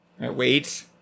wait